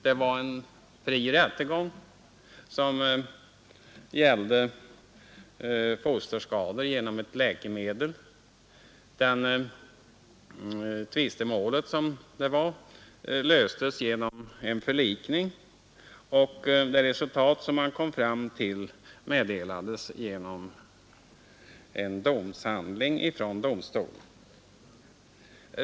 Det var en fri rättegång som gällde fosterskador genom ett läkemedel. Tvistemålet löstes genom förlikning, och resultatet meddelades genom en domshandling från domstolen.